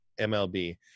MLB